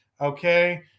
okay